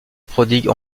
prodigue